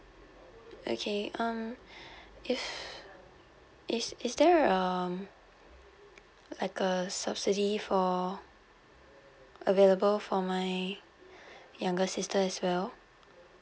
okay um if is is there um like a subsidy for available for my younger sister as well